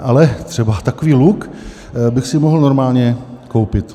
Ale třeba takový luk bych si mohl normálně koupit.